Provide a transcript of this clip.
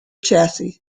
chassis